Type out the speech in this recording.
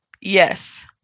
Yes